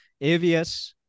AVS